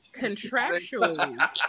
contractually